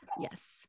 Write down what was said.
Yes